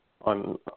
on